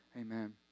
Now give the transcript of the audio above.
Amen